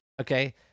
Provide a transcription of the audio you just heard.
Okay